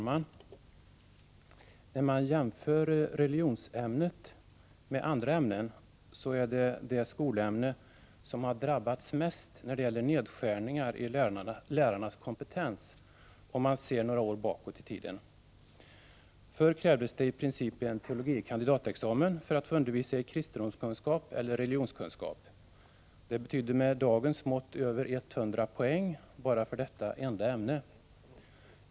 Herr talman! Religionsämnet är det skolämne som jämfört med andra ämnen har drabbats mest av nedskärningar i fråga lärarnas kompetens, om man ser några år bakåt i tiden. Förr krävdes det i princip en teol. kand-examen för att få undervisa i kristendomskunskap eller religionskunskap. Det betydde, med dagens mått mätt, över 100 poäng bara i detta enda ämne.